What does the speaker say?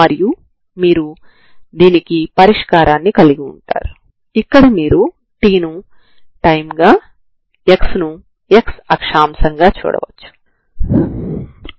ఇప్పుడు మీరు దీనికి పరిష్కారాన్ని కనుగొన వలసి ఉంటుంది